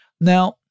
Now